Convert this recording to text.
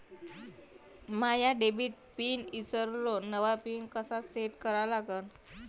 माया debit pin ईसरलो, नवा pin कसा सेट करा लागन?